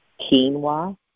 quinoa